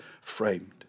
framed